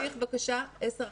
מאה אחוז.